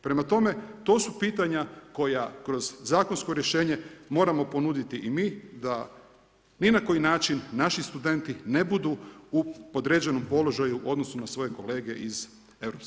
Prema tome, to su pitanja koja kroz zakonsko rješenje moramo ponuditi i mi da ni na koji način naši studenti ne budu u podređenom položaju u odnosu na svoje kolege iz EU.